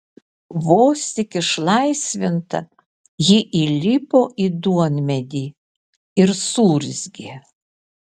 vos tik išlaisvinta ji įlipo į duonmedį ir suurzgė